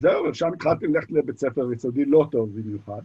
זהו, ושם התחלתי ללכת לבית ספר יסודי, לא טוב במיוחד.